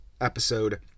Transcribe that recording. episode